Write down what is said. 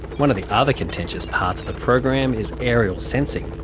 one of the other contentious parts of the program is aerial sensing.